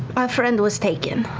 our friend was taken.